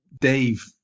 Dave